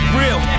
real